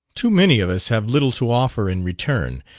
too many of us have little to offer in return,